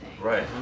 Right